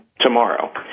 tomorrow